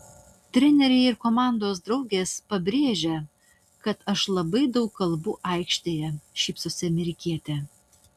treneriai ir komandos draugės pabrėžia kad aš labai daug kalbu aikštėje šypsosi amerikietė